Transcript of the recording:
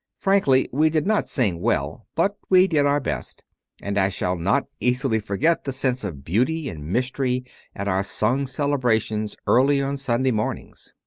frankly, we did not sing well, but we did our best and i shall not easily forget the sense of beauty and mystery at our sung celebrations early on sunday mornings.